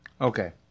Okay